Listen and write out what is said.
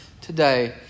today